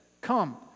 Come